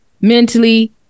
mentally